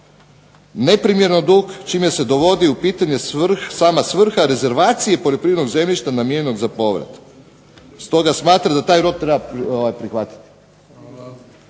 neprimjerno dug čime se dovodi u pitanje sama svrha rezervacije poljoprivrednog zemljišta namijenjenog za povrat. Stoga smatram da taj rok treba prihvatiti.